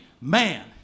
man